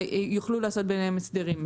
יוכלו לעשות ביניהם הסדרים.